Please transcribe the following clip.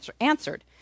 answered